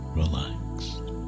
relaxed